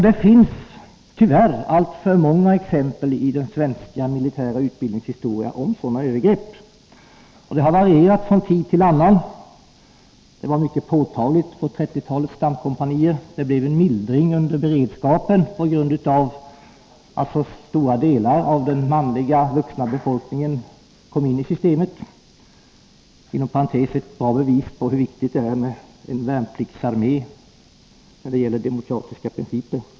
Det finns tyvärr alltför många exempel i den svenska militärutbildningens historia på sådana övergrepp. Det här förhållandet har varierat från tid till annan. Det var mycket påtagligt på 1930-talets stamkompanier. Det blev en mildring under beredskapen på grund av att så stora delar av den manliga vuxna befolkningen kom in i systemet — ett bra bevis på hur viktigt det är med en värnpliktsarmé när det gäller demokratiska principer.